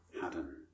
Haddon